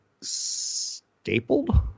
stapled